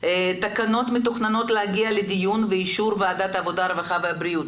תקנות מתוכננות להגיע לדיון ואישור ועדת העבודה הרווחה והבריאות,